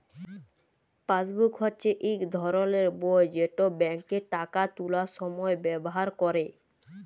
passbook হচ্যে ইক ধরলের বই যেট ব্যাংকে টাকা তুলার সময় ব্যাভার ক্যরে